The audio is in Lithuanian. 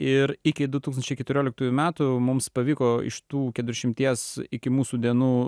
ir iki du tūkstančiai keturioliktųjų metų mums pavyko iš tų keturiasdešimties iki mūsų dienų